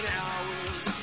hours